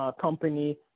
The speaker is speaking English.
company